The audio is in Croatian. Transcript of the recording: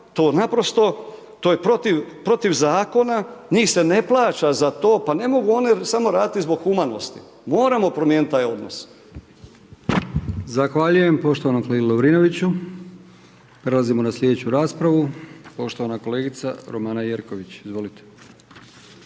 to je protiv zakona, njih se ne plaća za to. Pa ne mogu oni samo raditi zbog humanosti, moramo promijeniti taj odnos.